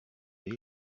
vais